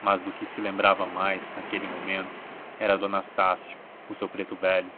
mas do que se lembrava mais naquele momento era do anastácio o seu preto velho